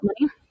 money